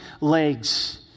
legs